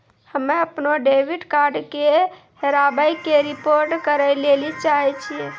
हम्मे अपनो डेबिट कार्डो के हेराबै के रिपोर्ट करै लेली चाहै छियै